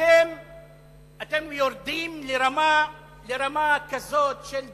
אתם יורדים לרמה כזאת של דחיקה,